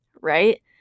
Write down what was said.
right